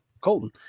Colton